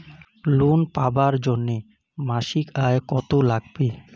Loan পাবার জন্যে মাসিক আয় কতো লাগবে?